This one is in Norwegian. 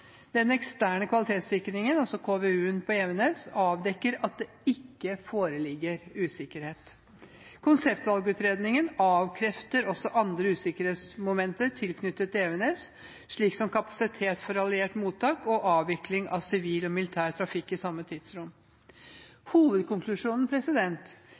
Den eksterne kvalitetssikringen, altså KVU-en på Evenes, avdekker at det ikke foreligger usikkerhet. Konseptvalgutredningen avkrefter også andre usikkerhetsmomenter tilknyttet Evenes, slik som kapasitet for alliert mottak og avvikling av sivil og militær trafikk i samme